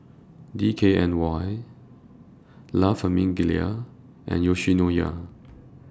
D K N Y La Famiglia and Yoshinoya